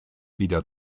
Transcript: wieder